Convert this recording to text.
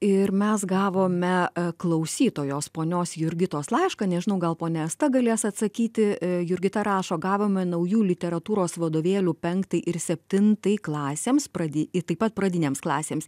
ir mes gavome klausytojos ponios jurgitos laišką nežinau gal ponia asta galės atsakyti jurgita rašo gavome naujų literatūros vadovėlių penktai ir septintai klasėms pradi taip pat pradinėms klasėms